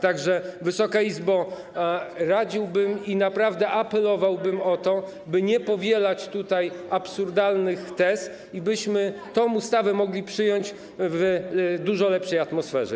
Tak że, Wysoka Izbo, radziłbym i naprawdę apelowałbym o to, by nie powielać tutaj absurdalnych tez, tak byśmy tę ustawę mogli przyjąć w dużo lepszej atmosferze.